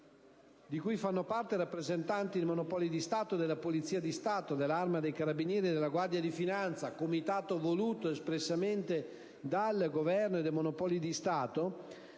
di cui fanno parte rappresentanti dei Monopoli di Stati, della Polizia di Stato, dell'Arma dei carabinieri e della Guardia di finanza (comitato voluto espressamente dal Governo e dai Monopoli di Stato),